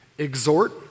Exhort